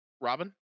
robin